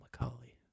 Macaulay